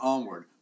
Onward